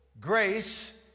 grace